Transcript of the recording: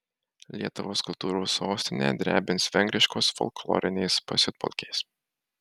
lietuvos kultūros sostinę drebins vengriškos folklorinės pasiutpolkės